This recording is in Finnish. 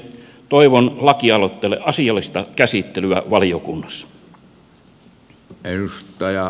toivon lakialoitteelle asiallista käsittelyä valiokunnassa